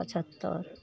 पचहत्तरि